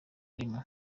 arimo